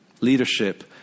Leadership